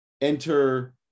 enter